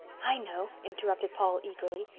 i know, interrupted paul eagerly.